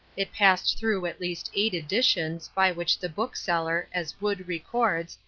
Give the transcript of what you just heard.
it passed through at least eight editions, by which the bookseller, as wood records,